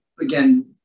again